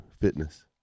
fitness